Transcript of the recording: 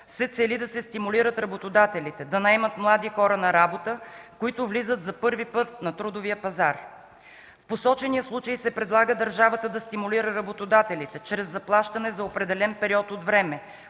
се цели да се стимулират работодателите да наемат млади хора на работа, които влизат за първи път на трудовия пазар. В посочения случай се предлага държавата да стимулира работодателите чрез заплащане за определен период от време